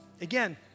again